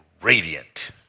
Radiant